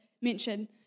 mention